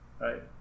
right